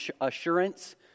assurance